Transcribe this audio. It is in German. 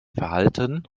verhalten